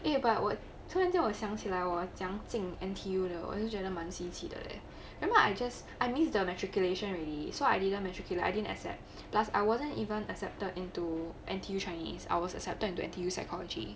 eh but 我突然间我想起来我怎样进 N_T_U 的我就觉得蛮新奇的 leh never mind I just I miss 掉 matriculation already so I didn't metrically like I didn't accept plus I wasnt even accepted into N_T_U chinese I was accepted into N_T_U psychology